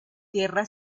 tierra